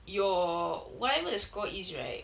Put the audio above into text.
your whatever the score is right